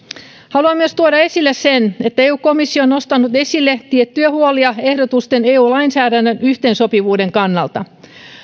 haluan myös tuoda esille sen että eu komissio on nostanut esille tiettyjä huolia ehdotusten eu lainsäädännön yhteensopivuuden kannalta